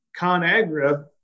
ConAgra